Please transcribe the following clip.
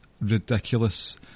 ridiculous